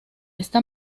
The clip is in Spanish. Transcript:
esta